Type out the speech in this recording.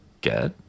get